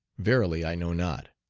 verily i know not.